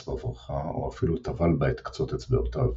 בברכה או אפלו טבל בה את קצות אצבעותיו.